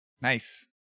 Nice